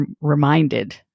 reminded